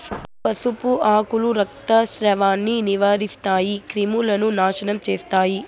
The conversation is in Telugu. పసుపు ఆకులు రక్తస్రావాన్ని నివారిస్తాయి, క్రిములను నాశనం చేస్తాయి